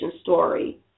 story